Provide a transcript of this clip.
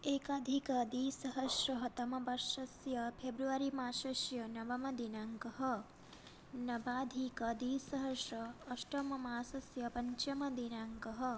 एकाधिक द्विसहस्रतमवर्षस्य फेब्रवरि मासस्य नवमदिनाङ्कः नवाधिक द्विसहस्र अष्टममासस्य पञ्चमदिनाङ्कः